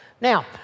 Now